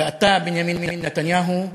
ואתה, בנימין נתניהו,